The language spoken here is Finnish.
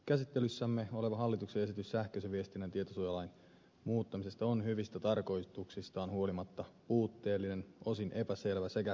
käsittelyssämme oleva hallituksen esitys sähköisen viestinnän tietosuojalain muuttamisesta on hyvistä tarkoituksistaan huolimatta puutteellinen osin epäselvä sekä käsitteiltään epätarkka